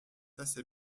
assez